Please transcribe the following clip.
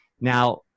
Now